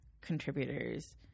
contributors